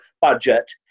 budget